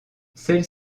celles